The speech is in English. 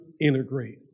integrate